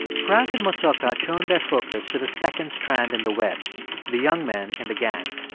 frank and mosoka turned their focus to the second strand in the web the young men in the gang.